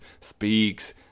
Speaks